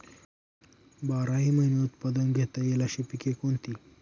बाराही महिने उत्पादन घेता येईल अशी पिके कोणती?